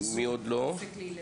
מי בזום?